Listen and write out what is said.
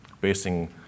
basing